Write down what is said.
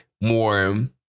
More